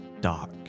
dark